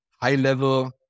high-level